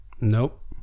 nope